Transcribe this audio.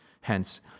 Hence